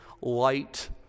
light